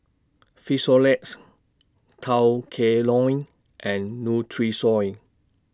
Frisolac Tao Kae Noi and Nutrisoy